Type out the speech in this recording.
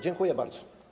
Dziękuję bardzo.